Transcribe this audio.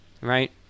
right